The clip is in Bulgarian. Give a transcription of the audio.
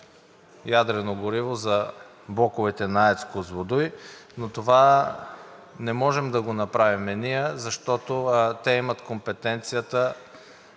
ядрено гориво за блоковете на АЕЦ „Козлодуй“, но това не можем да го направим ние, защото те имат компетенцията,